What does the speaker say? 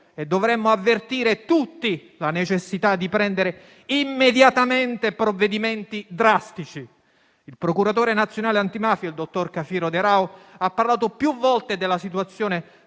e dovremmo avvertire tutti la necessità di prendere immediatamente provvedimenti drastici. Il procuratore nazionale antimafia, dottor Cafiero de Raho, ha parlato più volte della situazione